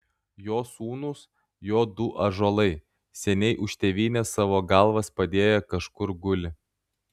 jo sūnūs jo du ąžuolai seniai už tėvynę savo galvas padėję kažkur guli